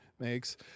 makes